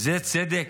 זה צדק?